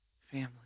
family